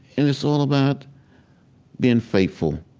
it's all about being faithful,